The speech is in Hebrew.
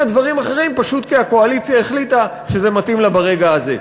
דברים אחרים פשוט כי הקואליציה החליטה שזה מתאים לה ברגע הזה.